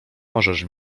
możesz